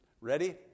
ready